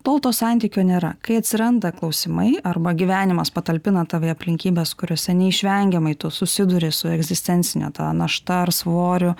tol to santykio nėra kai atsiranda klausimai arba gyvenimas patalpina tave į aplinkybes kuriose neišvengiamai tu susiduri su egzistencine ta našta ar svoriu